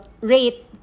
rate